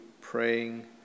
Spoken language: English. praying